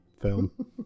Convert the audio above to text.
film